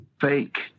Fake